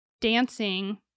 dancing